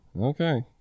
Okay